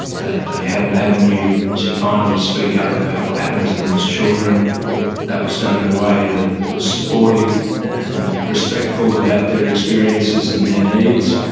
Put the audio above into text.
that they had an avenue to finally speak up about what happened to them as children that was done in a way that was supportive and respectful about their experiences and their needs.